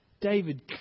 David